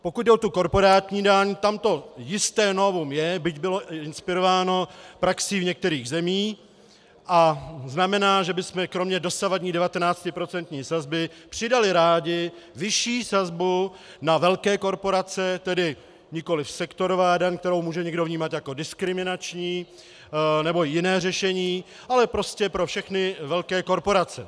Pokud jde o tu korporátní daň, tam to jisté novum je, byť bylo i inspirováno praxí v některých zemích a znamená, že bychom kromě dosavadní 19procentní sazby přidali rádi vyšší sazbu na velké korporace, tedy nikoliv sektorová daň, kterou může někdo vnímat jako diskriminační, nebo jiné řešení, ale prostě pro všechny velké korporace.